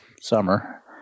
summer